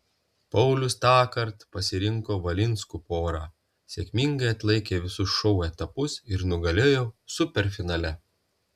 paulius tąkart pasirinko valinskų porą sėkmingai atlaikė visus šou etapus ir nugalėjo superfinale